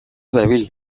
dabil